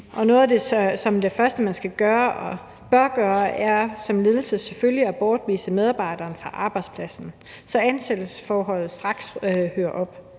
noget af det første, man skal og bør gøre som ledelse, er selvfølgelig at bortvise medarbejderen fra arbejdspladsen, så ansættelsesforholdet straks hører op.